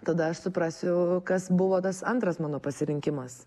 tada aš suprasiu kas buvo tas antras mano pasirinkimas